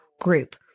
group